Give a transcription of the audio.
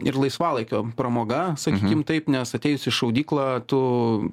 ir laisvalaikio pramoga sakykim taip nes atėjus į šaudyklą tu